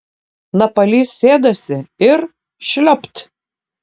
napalys sėdasi ir šliopt